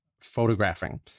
photographing